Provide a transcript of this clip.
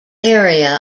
area